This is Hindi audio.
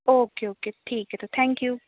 ओके ओके ठीक है तो थैंक यू